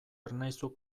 ernaizu